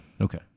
Okay